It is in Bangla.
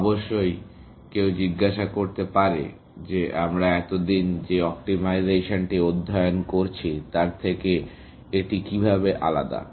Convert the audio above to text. অবশ্যই কেউ জিজ্ঞাসা করতে পারে যে আমরা এতদিন যে অপ্টিমাইজেশনটি অধ্যয়ন করছি তার থেকে এটি কীভাবে আলাদা